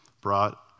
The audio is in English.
brought